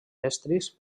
estris